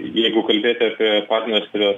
jeigu kalbėti apie padniestrę